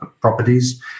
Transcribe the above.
properties